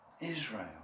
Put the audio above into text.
Israel